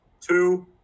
two